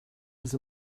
was